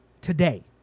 today